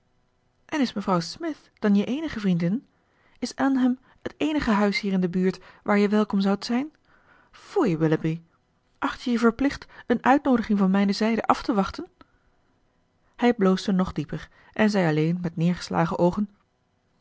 en is mevrouw smith dan je eenige vriendin is allenham het eenige huis hier in de buurt waar je welkom zoudt zijn foei willoughby acht je je verplicht een uitnoodiging van mijne zijde af te wachten hij bloosde nog dieper en zei alleen met neergeslagen oogen